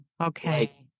okay